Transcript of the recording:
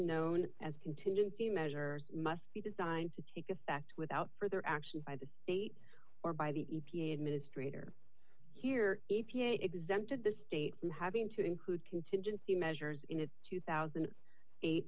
known as contingency measures must be designed to take effect without further action by the state or by the e p a administrator here e p a exempted the state from having to include contingency measures in its two thousand and eight